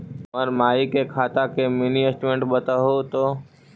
हमर माई के खाता के मीनी स्टेटमेंट बतहु तो?